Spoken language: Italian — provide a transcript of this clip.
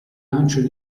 lancio